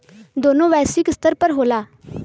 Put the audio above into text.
दोनों वैश्विक स्तर पर होला